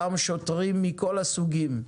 גם שוטרים מכל הסוגים,